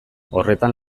horretan